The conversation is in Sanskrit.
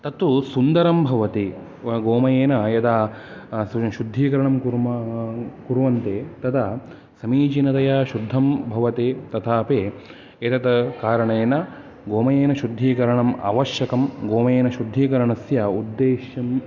तत्तु सुन्दरं भवति गोमयेन यदा सु शुद्धीकरणं कुर्म कुर्वन्ति तदा समीचिनतया शुद्धं भवति तथापि एतत् कारणेन गोमयेन शुद्धीकरणम् अवश्यकं गोमयेन शुद्धीकरणस्य उद्देश्यं